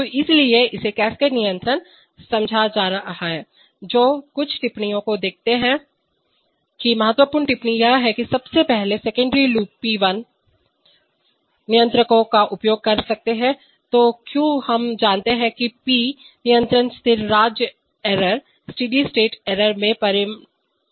तो इसलिए इसे कैस्केड नियंत्रण समझा जा रहा है जो कुछ टिप्पणियों को देखते हैं कि महत्वपूर्ण टिप्पणी यह है कि सबसे पहले सेकेंडरी लूप पी नियंत्रकों का उपयोग कर सकते हैं क्यों हम जानते हैं कि पी नियंत्रकों स्थिर राज्य एरर में परिणाम कर सकते हैं